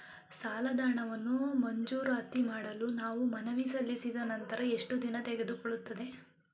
ಸಾಲದ ಹಣವನ್ನು ಮಂಜೂರಾತಿ ಮಾಡಲು ನಾವು ಮನವಿ ಸಲ್ಲಿಸಿದ ನಂತರ ಎಷ್ಟು ದಿನ ತೆಗೆದುಕೊಳ್ಳುತ್ತದೆ?